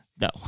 no